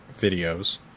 videos